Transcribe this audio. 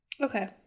okay